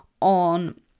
on